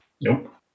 Nope